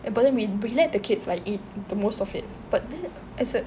but then we we let the kids like eat the most of it but then as a~